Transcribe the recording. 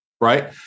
Right